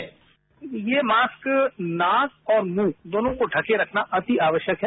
bite ये mask नाक और मुंह दोनों को ढ़के रखना अति आवश्यक है